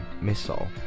missile